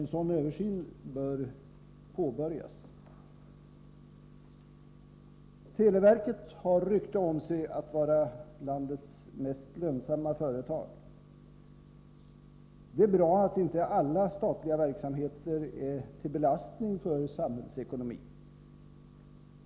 En sådan översyn bör påbörjas. Televerket har rykte om sig att vara landets mest vinstgivande företag. Det är bra att inte alla statliga verksamheter är till belastning för samhällsekonomin.